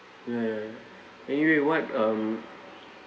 ya ya ya anyway what um